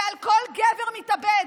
ועל כל גבר מתאבד,